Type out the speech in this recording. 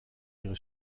ihre